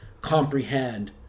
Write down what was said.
comprehend